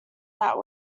that